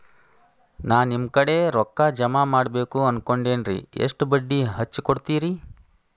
ನಾ ನಿಮ್ಮ ಕಡೆ ರೊಕ್ಕ ಜಮಾ ಮಾಡಬೇಕು ಅನ್ಕೊಂಡೆನ್ರಿ, ಎಷ್ಟು ಬಡ್ಡಿ ಹಚ್ಚಿಕೊಡುತ್ತೇರಿ?